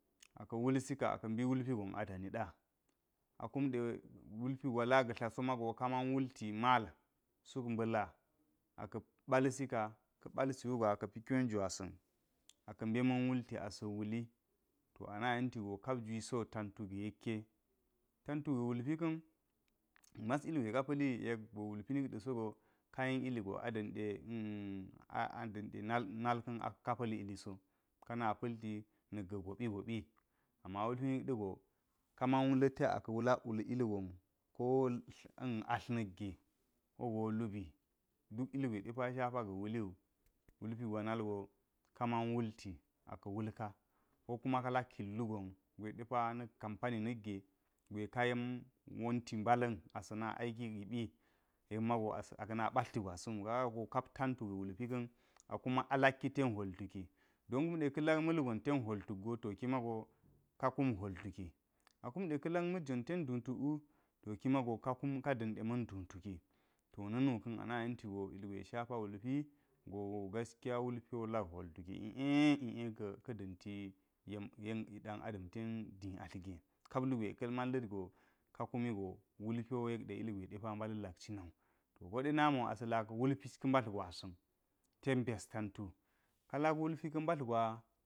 Aka wulsika aka nbi wulpi gon adami ɗa. A kumɗe wulpi gwer laga̱ ila so mago kaman wulti mal suk mba̱ la aka̱ ɓal sika, ka balsi wugo aka̱ pi kyo gwasa̱n aka mbe ma̱n wulti asa wuli. To ana yenti go kap gwisu wo tantu ga̱ yekk, tantu ga̱ wulpi ka̱n, mas ilgwe ka pa̱li yek ba̱ wulpi nik da̱ sogo ka yen iligo a ɗa̱n ɗe ka pa̱l iliso, kama palti nak ga̱ gaɗi goɓi ama wulpi nik ɗa̱go ama wulpi nik ɗa̱go ka man la̱ti aka lak wul ilgon, ko atl nikge sogo lubi mus ilgwe ɗepa shapa ga̱ wuliwu hlulpi gwa nalgo kaman wulti aka wulka ko kuma ka kin lugon gwe depa na̱k kampani nigge gwe ka ‘yem wonti mbala̱n asa̱ na aiki agiɓi yek mago aka̱na batltl gwasa̱n kaga go kap tantu ga̱ wulpi ka̱n akuma alakki ten hwol tuki. Don kumɗe ka̱ malgon ten hwol tuk go ta ki mago ka kum hwol tuki. A kumɗe ka lak ma̱gwon ten duu tuk wu to kima go ka kum ka da̱nɗe ma̱n dule taki. To na̱nu kan ana yen ti go ilgwe shapa wulpi go gaskiya wulpi wo lak hwol tuki i’e-i’e ɗanti ka̱ danti ɗan adam ten di atl ge kap lugwe ka man la̱ go ka kumi go wulp wo yek ka̱n mbala̱n lak cinawu koɗe namiwo asa̱ lak wulpi ka̱ mbatl gwasa̱n ten byas tantu ka lak wulpi mbatlgwa.